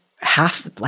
Half